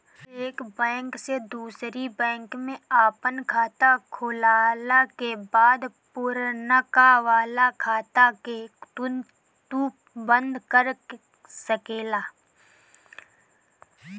एक बैंक से दूसरी बैंक में आपन खाता खोलला के बाद पुरनका वाला खाता के तू बंद कर सकेला